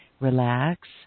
relax